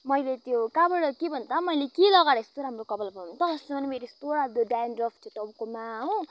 मैले त्यो कहाँबाट के भन त मैले के लगाएर यस्तो राम्रो कपाल भयो भन त अस्तिसम्म मेरो यस्तो डरलाग्दो ड्यानड्रफ टाउकोमा हो